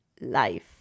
life